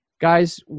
Guys